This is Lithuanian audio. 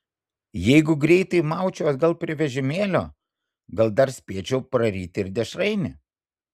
jeigu greitai maučiau atgal prie vežimėlio gal dar spėčiau praryti ir dešrainį